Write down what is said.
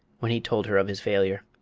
when he told her of his failure.